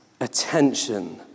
attention